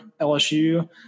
LSU